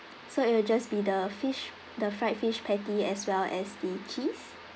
so it'll just be the fish the fried fish patty as well as the cheese